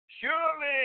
Surely